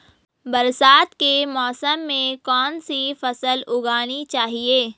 बरसात के मौसम में कौन सी फसल उगानी चाहिए?